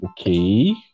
okay